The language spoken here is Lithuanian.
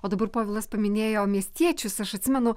o dabar povilas paminėjo miestiečius aš atsimenu